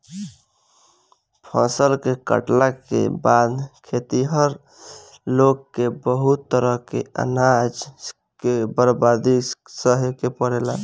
फसल के काटला के बाद खेतिहर लोग के बहुत तरह से अनाज के बर्बादी के सहे के पड़ेला